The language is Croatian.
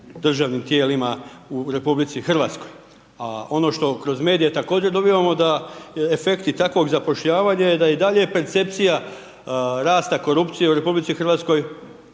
državnim tijelima u RH. A ono što kroz medije također dobivamo da efekti takvog zapošljavanja je da je i dalje percepcija rasta korupcije u RH puno veća